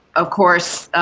of course